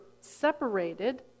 separated